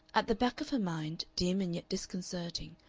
at the back of her mind, dim and yet disconcerting,